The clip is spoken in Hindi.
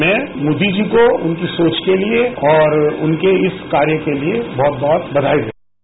मै मोदी जी को उनकी सोच के लिए और उनके इस कार्य के लिए बहुत बहुत बधाई देता हूं